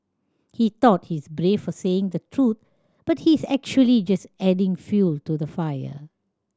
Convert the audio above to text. he thought he's brave for saying the truth but he's actually just adding fuel to the fire